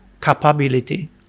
capability